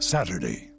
Saturday